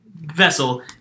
vessel